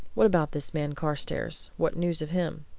what about this man carstairs what news of him?